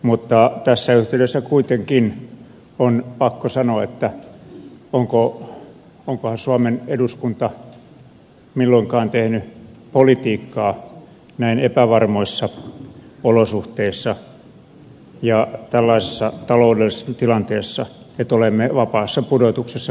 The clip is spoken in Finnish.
mutta tässä yhteydessä kuitenkin on pakko sanoa että onkohan suomen eduskunta milloinkaan tehnyt politiikkaa näin epävarmoissa olosuhteissa ja tällaisessa taloudellisessa tilanteessa että olemme vapaassa pudotuksessa kaiken aikaa